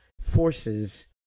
forces